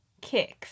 Kicks